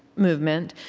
movement,